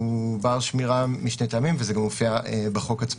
הוא בר שמירה משני טעמים וזה גם מופיע בחוק עצמו: